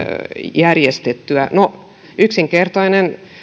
järjestettyä no yksinkertainen